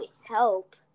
help